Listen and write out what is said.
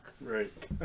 Right